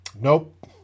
Nope